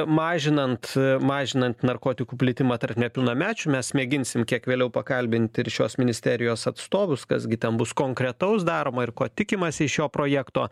mažinant mažinant narkotikų plitimą tarp nepilnamečių mes mėginsim kiek vėliau pakalbint ir šios ministerijos atstovus kas gi ten bus konkretaus daroma ir ko tikimasi iš šio projekto